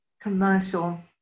commercial